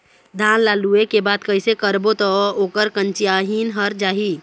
धान ला लुए के बाद कइसे करबो त ओकर कंचीयायिन हर जाही?